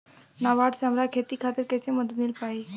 नाबार्ड से हमरा खेती खातिर कैसे मदद मिल पायी?